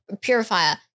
purifier